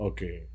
Okay